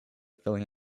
filling